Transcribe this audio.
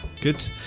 Good